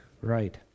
right